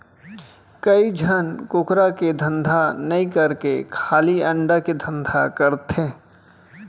कइ झन कुकरा के धंधा नई करके खाली अंडा के धंधा करथे